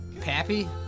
Pappy